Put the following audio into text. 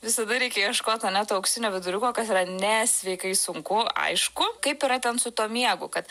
visada reikia ieškot ane to auksinio viduriuko kad yra nesveikai sunku aišku kaip yra ten su tuo miegu kad